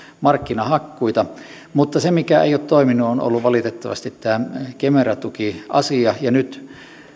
markkinahakkuita mutta se mikä ei ole toiminut on ollut valitettavasti tämä kemera tukiasia ja nyt